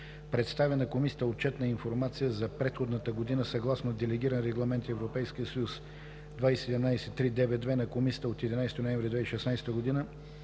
представя на комисията отчетна информация за предходната година съгласно Делегиран регламент (ЕС) 2017/392 на Комисията от 11 ноември 2016 г.